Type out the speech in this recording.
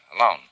alone